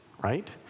right